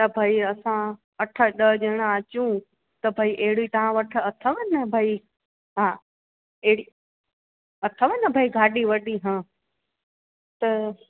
त भई असां अठ ॾह ॼणा अचूं त भई अहिड़ी तव्हां वटि अथव न भई हा अहिड़ी अथव न भई गाॾी वाॾी हा त